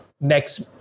next